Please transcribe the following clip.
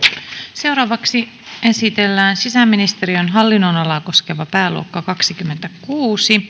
seuraavaksi esitellään sisäministeriön hallinnonalaa koskeva pääluokka kaksikymmentäkuusi